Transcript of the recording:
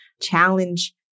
challenge